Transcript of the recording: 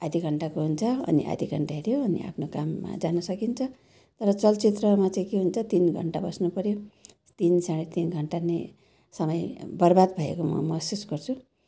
आधा घन्टाको हुन्छ अनि आधा घन्टा हेऱ्यो अनि आफ्नो काममा जानु सकिन्छ तर चलचित्रमा चाहिँ के हुन्छ तिन घन्टा बस्नु पऱ्यो तिन साँढे तिन घन्टा नै समय बर्बाद भएको म महसुस गर्छु